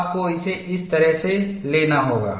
आपको इसे इस तरह से लेना होगा